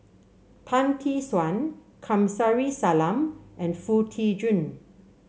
Tan Tee Suan Kamsari Salam and Foo Tee Jun